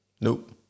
Nope